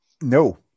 no